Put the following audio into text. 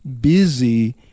busy